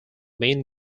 main